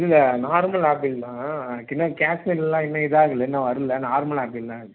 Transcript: இந்த நார்மல் ஆப்பிள்தான் இன்னும் கேஷ்மீரெலாம் இன்னும் இதாகலை இன்னும் வரலை நார்மல் ஆப்பிள்தான் இருக்குது